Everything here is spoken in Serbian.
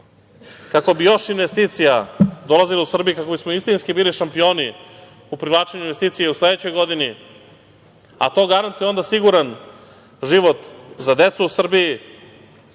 kako bi još investicija dolazilo u Srbiju, kako bismo istinski bili šampioni u privlačenju investicija u sledećoj godini, a to garantuje onda siguran život za decu u Srbiji,